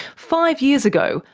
five years ago,